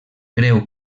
creu